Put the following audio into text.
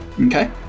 Okay